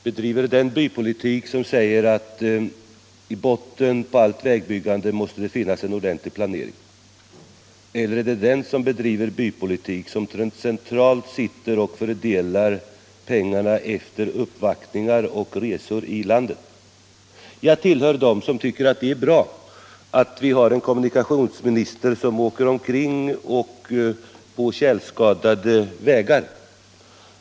Bedriver den bypolitik som säger att i botten på allt vägbyggande måste finnas en ordentlig planering? Eller bedriver den bypolitik som centralt sitter och fördelar pengarna efter uppvaktningar och efter resor i landet? Jag tillhör dem som tycker att det är bra att vi har en kommunikationsminister som reser omkring på tjälskadade vägar.